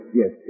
yes